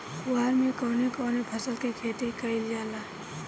कुवार में कवने कवने फसल के खेती कयिल जाला?